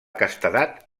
castedat